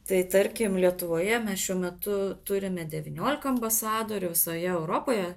tai tarkim lietuvoje mes šiuo metu turime devyniolika ambasadorių visoje europoje